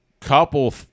Couple